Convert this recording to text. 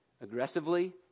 aggressively